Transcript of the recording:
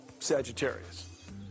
Sagittarius